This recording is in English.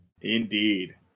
Indeed